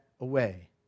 away